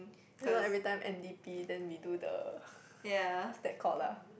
you know everytime n_d_p then we do the what's that called lah